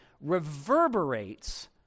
reverberates